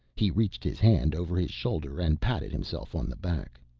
he reached his hand over his shoulder and patted himself on the back.